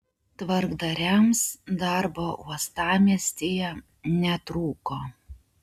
tvarkdariams darbo uostamiestyje netrūko